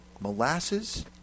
molasses